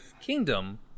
kingdom